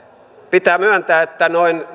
pitää myöntää että noin